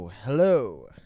Hello